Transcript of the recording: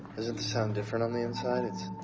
isn't the sound different on the inside? it's